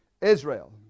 Israel